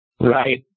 Right